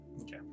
Okay